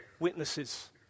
Witnesses